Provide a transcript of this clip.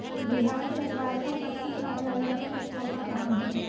बिहार सरकार का पटसन कार्यालय का मुख्यालय कहाँ है?